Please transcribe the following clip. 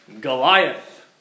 Goliath